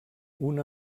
una